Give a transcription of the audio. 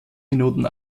minuten